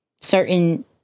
certain